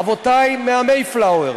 אבותי מה"מייפלאואר".